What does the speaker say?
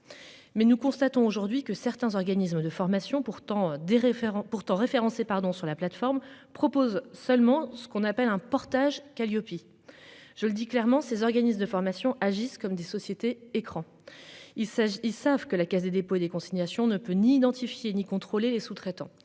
mais nous constatons aujourd'hui que certains organismes de formation pourtant des référents pourtant référencé pardon sur la plateforme propose seulement ce qu'on appelle un portage Kaliopie. Je le dis clairement, ces organismes de formation agissent comme des sociétés écrans. Il s'agit. Ils savent que la Caisse des dépôts et des consignations ne peut ni identifiée, ni contrôlée. Les sous-traitants